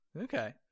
Okay